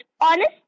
honest